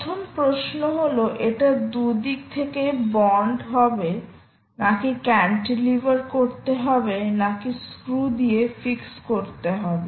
প্রথম প্রশ্ন হল এটা দু দিক থেকে বন্ড হবে নাকি ক্যান্টিলিভার করতে হবে নাকি স্ক্রু দিয়ে ফিক্স করতে হবে